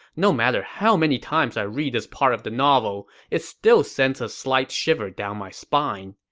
no matter how many times i read this part of the novel, it still sends a slight shiver down my spine.